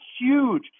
huge